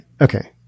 Okay